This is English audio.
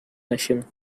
nation